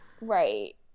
Right